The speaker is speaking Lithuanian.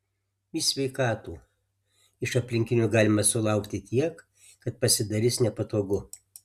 į sveikatų iš aplinkinių galima sulaukti tiek kad pasidarys nepatogu